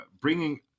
bringing